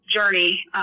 journey